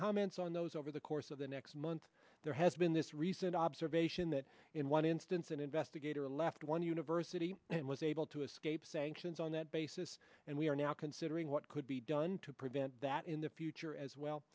comments on those over the course of the next month there has been this recent observation that in one instance an investigator left one university and was able to escape sanctions on that basis and we are now considering what could be done to prevent that in the future as